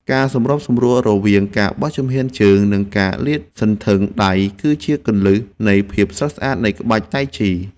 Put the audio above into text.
ការសម្របសម្រួលរវាងការបោះជំហានជើង និងការលាតសន្ធឹងដៃ គឺជាគន្លឹះនៃភាពស្រស់ស្អាតនៃក្បាច់តៃជី។